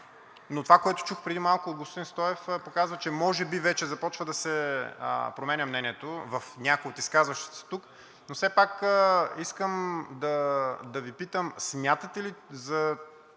Но това, което чух преди малко от господин Стоев, показва, че може би вече започва да се променя мнението в някои от изказващите се тук. Но все пак искам да Ви питам: смятате ли за